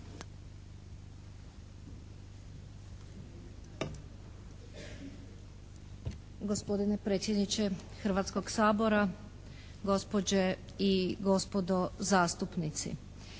Hrvatskog sabora, gospođe i gospodo zastupnici.